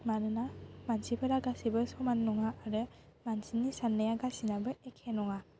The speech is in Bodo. मानोना मानसिफोरा गासिबो समान नङा आरो मानसिनि साननाया गासिनाबो एखे नङा